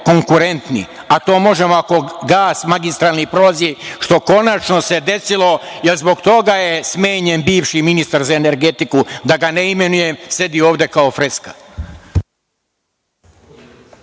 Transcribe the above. konkurentniji, a to možemo ako gas magistralni prolazi, što se konačno desilo, jer zbog toga je smenjen bivši ministar za energetiku, da ga ne imenujem, sedi ovde kao freska.